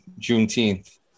Juneteenth